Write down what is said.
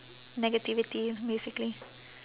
negativity basically